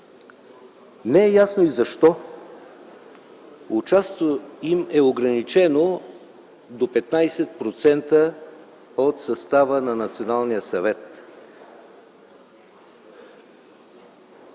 Не е ясно и защо участието им е ограничено до 15% от състава на Националния съвет.